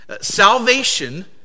Salvation